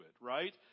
right